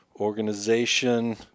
organization